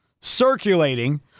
circulating